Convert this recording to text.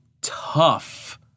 tough